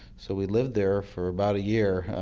so we lived there for about a year,